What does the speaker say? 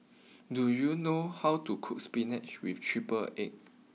do you know how to cook spinach with triple Egg